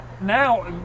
Now